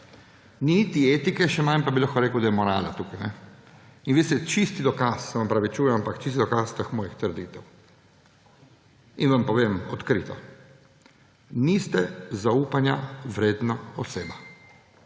ne etike, še manj pa bi lahko rekel, da je morala tukaj. Vi ste čisti dokaz, se vam opravičujem, ampak čisti dokaz teh mojih trditev. Povem vam odkrito: niste zaupanja vredna oseba.